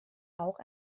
auch